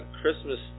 Christmas